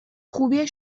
خوبی